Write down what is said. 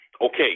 okay